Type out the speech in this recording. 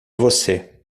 você